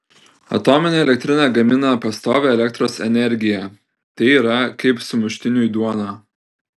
atominė elektrinė gamina pastovią elektros energiją tai yra kaip sumuštiniui duona